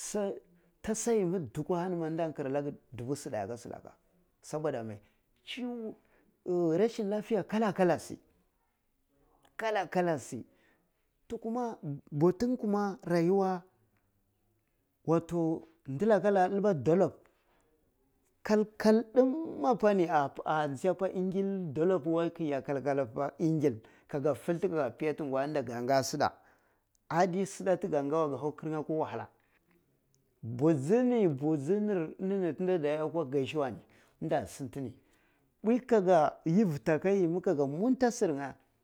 tasayimi nduku ahani ma nda kira naga dubu sida aga silaka soboda me shun vashin lafiya kala kala shi kala kala shi to kuma batun kuma rayuwa wato ndilakaka la tilba dolob kal kal dum apani ah ji ya pa ngil dolab wa ki iya kal kal apa ngil ka go filiti aga piyati ngwa nda nga ga sita ngwa adi sita ti ga ngha weh gi hau kir nye akwa wahala buji ni buji nir ininini tin a iya akwa gasuwa ni tin a siti ni puyi ka ga yifiti aka gimi kaga munta sir nye.